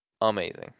Amazing